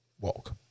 walk